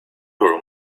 room